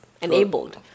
enabled